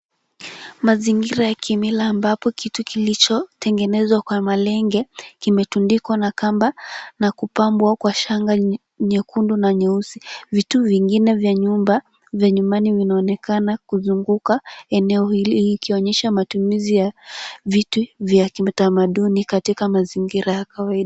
Mazingira ya kimila ambapo kitu kilichotengenezwa kwa malenge kimetundikwa na kamba na kupambwa kwa shanga nyekundu na nyeusi. Vitu vingine vya nyumbani vinaonekana kuzunguka eneo hili ikionyesha matumizi ya vitu vya kitamaduni katika mazingira ya kawaida.